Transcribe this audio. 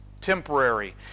temporary